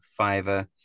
Fiverr